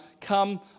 come